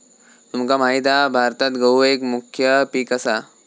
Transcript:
तुमका माहित हा भारतात गहु एक मुख्य पीक असा